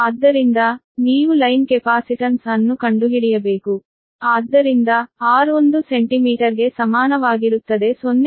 ಆದ್ದರಿಂದ ನೀವು line capacitance ಅನ್ನು ಕಂಡುಹಿಡಿಯಬೇಕು ಆದ್ದರಿಂದ r 1 ಸೆಂಟಿಮೀಟರ್ಗೆ ಸಮಾನವಾಗಿರುತ್ತದೆ 0